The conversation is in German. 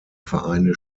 vereine